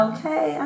Okay